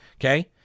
Okay